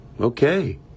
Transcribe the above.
Okay